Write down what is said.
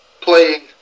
playing